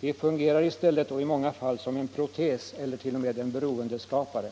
Det fungerar i stället — i många fall — som en protes eller t.o.m. en beroendeskapare.